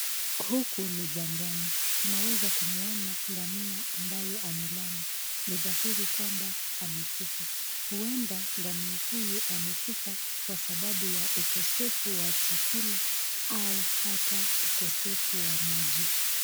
Huku ni jangwani. Tunaweza kumuona ngamia ambaye amelala. Ni dhahiri kwamba amekufa. Huenda ngamia huyu amekufa kwa sababu ya ukosefu wa chakula au hata ukosefu wa maji.